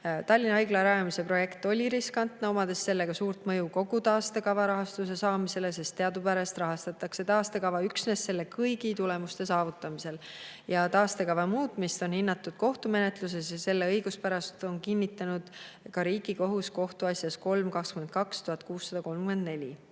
Tallinna Haigla rajamise projekt oli riskantne, omades sellega suurt mõju kogu taastekava rahastuse saamisele, sest teadupärast rahastatakse taastekava üksnes selles [märgitud] kõigi tulemuste saavutamisel. Taastekava muutmist on hinnatud kohtumenetluses ja selle õiguspärasust on kinnitanud ka Riigikohus kohtuasjas 3‑22‑1634.